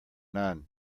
none